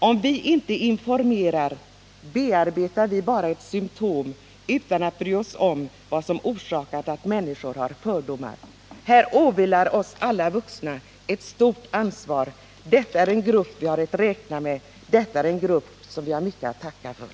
Om vi inte informerar bearbetar vi bara ett symtom utan att bry oss om vad som orsakat att människor har fördomar. Här åvilar alla oss vuxna ett stort ansvar. Detta är en grupp som vi har att räkna med. Detta är en grupp som vi har mycket att tacka för.